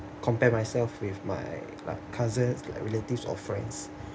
compare myself with my cousins like relatives or friends